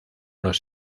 los